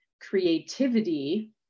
creativity